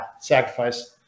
sacrifice